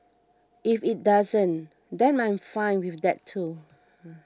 if it doesn't then I'm fine with that too